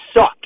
suck